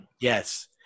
Yes